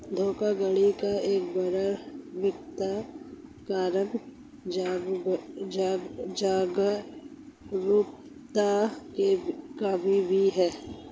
धोखाधड़ी का एक बड़ा कारण जागरूकता की कमी भी है